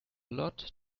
lot